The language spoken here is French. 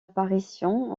apparition